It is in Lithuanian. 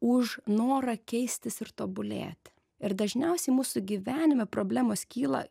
už norą keistis ir tobulėti ir dažniausiai mūsų gyvenime problemos kyla